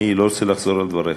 אני לא רוצה לחזור על דבריך.